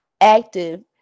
active